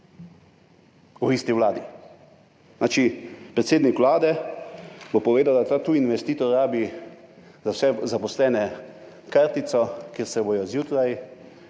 v isti vladi. To pomeni, predsednik Vlade bo povedal, da ta tuji investitor rabi za vse zaposlene kartico, kjer se bodo zjutraj